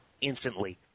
instantly